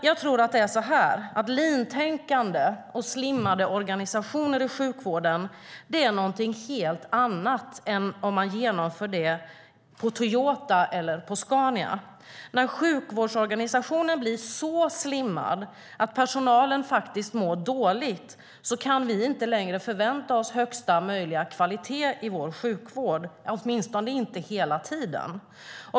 Jag tror att det är så här: Leantänkandet och slimmade organisationer i sjukvården är någonting helt annat än om man genomför det på Toyota eller på Scania. När sjukvårdsorganisationen blir så slimmad att personalen faktiskt mår dåligt kan vi inte längre förvänta oss högsta möjliga kvalitet i vår sjukvård, åtminstone inte hela tiden.